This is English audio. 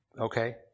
Okay